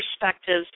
perspectives